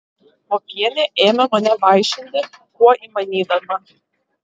popienė ėmė mane vaišinti kuo įmanydama